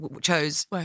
chose